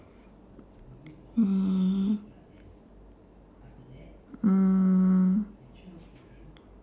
uh mm